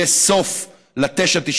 יהיה סוף ל-9.99,